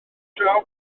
draw